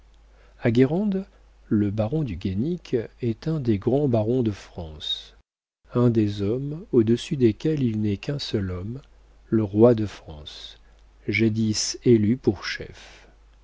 guérande le baron de guaisnic est un des grands barons de france un des hommes au-dessus desquels il n'est qu'un seul homme le roi de france jadis élu pour chef